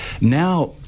Now